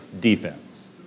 defense